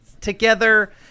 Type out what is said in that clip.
together